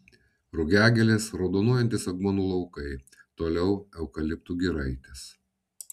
rugiagėlės raudonuojantys aguonų laukai toliau eukaliptų giraitės